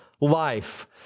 life